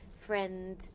friend